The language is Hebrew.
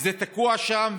וזה תקוע שם,